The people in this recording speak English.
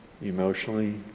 emotionally